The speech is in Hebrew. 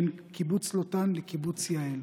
בין קיבוץ לוטן לקיבוץ יהל.